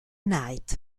night